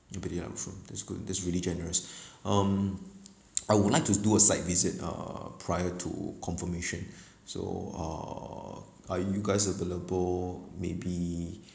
room that's good that's really generous um I would like to do a site visit uh prior to confirmation so uh are you guys available maybe